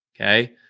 okay